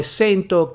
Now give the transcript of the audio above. sento